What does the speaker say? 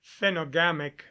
phenogamic